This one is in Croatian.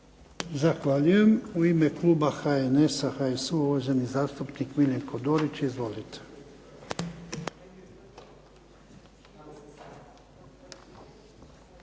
Zahvaljujem. U ime kluba HNS-a, HSU-a uvaženi zastupnik Miljenko Dorić. Izvolite.